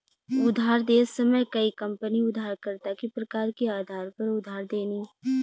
उधार देत समय कई कंपनी उधारकर्ता के प्रकार के आधार पर उधार देनी